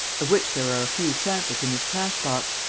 of which there are a few samples in this cash-box.